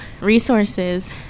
resources